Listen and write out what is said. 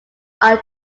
are